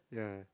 yeah